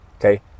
Okay